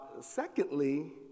Secondly